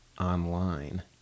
online